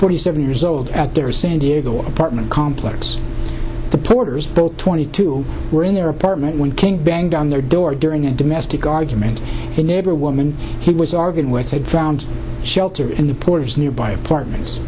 forty seven years old at their san diego apartment complex the porters both twenty two were in their apartment when king banged on their door during a domestic argument a neighbor woman he was arguing with said found shelter in the porter's nearby apartments